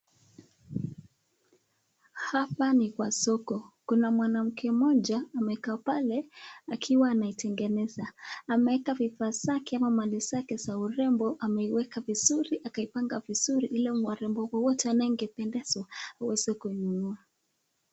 Hapa ni kwa soko, Kuna mwanamke mmoja amekaa pale, akiwa anatengeneza. Ameweka vifaa zake ama Mali zake za uremba ameweka vizuri akapanga vizuri Ili warembo wote wanaopendezwa aweze kununua.